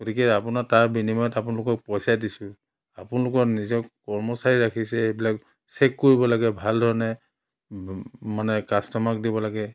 গতিকে আপোনাৰ তাৰ বিনিময়ত আপোনলোকক পইচা দিছোঁ আপোনলোকৰ নিজৰ কৰ্মচাৰী ৰাখিছে এইবিলাক চেক কৰিব লাগে ভাল ধৰণে মানে কাষ্টমাৰক দিব লাগে